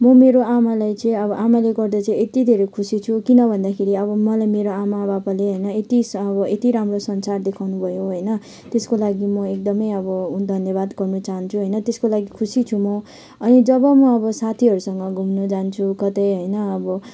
म मेरो आमालाई चाहिँ अब आमाले गर्दा चाहिँ यति धेरै खुसी छु किन भन्दाखेरि अब मलाई मेरो आमा बाबाले होइन यति अब यति राम्रो संसार देखाउनुभयो होइन त्यसको लागि म एकदमै अब धन्यवाद गर्नु चहान्छु होइन त्यसको लागि खुसी छु म अनि जब मो साथीहरूसँग घुम्न जान्छु कतै होइन अब